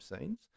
scenes